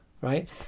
Right